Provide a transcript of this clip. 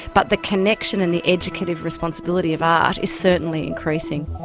but the connection and the educative responsibility of art is certainly increasing.